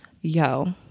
yo